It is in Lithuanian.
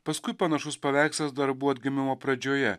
paskui panašus paveikslas dar buvo atgimimo pradžioje